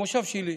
המושב שלי,